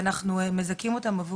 ואנחנו מזכים אותם,